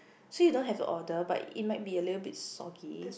so you don't have to order but it might be a little bit soggy